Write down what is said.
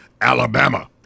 Alabama